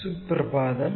സുപ്രഭാതം